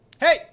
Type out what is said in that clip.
Hey